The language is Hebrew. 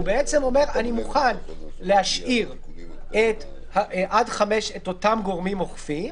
עכשיו הוא אומר: אני מוכן להשאיר עד 5,000 את אותם גורמים אוכפים,